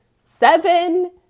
seven